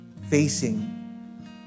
facing